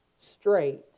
straight